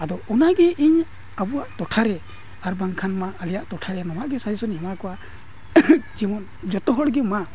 ᱟᱫᱚ ᱚᱱᱟᱜᱮ ᱤᱧ ᱟᱵᱚᱣᱟᱜ ᱴᱚᱴᱷᱟᱨᱮ ᱟᱨ ᱵᱟᱝᱠᱷᱟᱱ ᱢᱟ ᱟᱞᱮᱭᱟᱜ ᱴᱚᱴᱷᱟᱨᱮ ᱱᱚᱣᱟᱜᱮ ᱤᱧ ᱮᱢᱟ ᱠᱚᱣᱟ ᱡᱮᱢᱚᱱ ᱡᱚᱛᱚ ᱦᱚᱲᱜᱮ ᱢᱟ